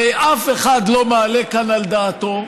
הרי אף אחד לא מעלה כאן על דעתו,